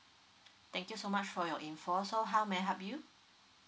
thank you so much for your info so how may I help you